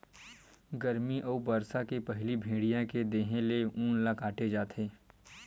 गरमी अउ बरसा के पहिली भेड़िया के देहे ले ऊन ल काटे जाथे